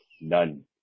None